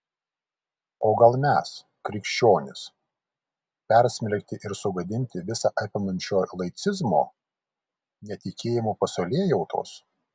o gal mes krikščionys persmelkti ir sugadinti visa apimančio laicizmo netikėjimo pasaulėjautos